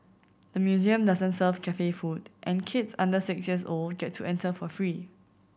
the museum doesn't serve cafe food and kids under six years old get to enter for free